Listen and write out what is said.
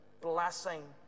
blessing